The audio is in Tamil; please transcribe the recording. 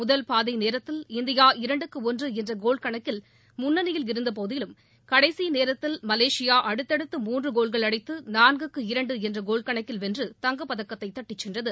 முதல் பாதி நேரத்தில் இந்தியா இரண்டுக்கு ஒன்று என்ற கோல் கணக்கில் முன்னணியில் இருந்த போதிலும் கடைசி நேரத்தில் மலேஷியா அடுத்தடுத்து மூன்று கோல்கள் அடித்து நான்குக்கு இரண்டு என்ற கோல் கணக்கில் வென்று தங்கப் பதக்கத்தை தட்டிச் சென்றது